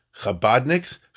Chabadniks